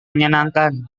menyenangkan